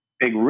Big